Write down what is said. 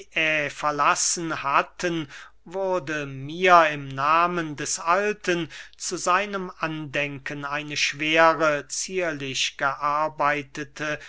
verlassen hatten wurde mir im nahmen des alten zu seinem andenken eine schwere zierlich gearbeitete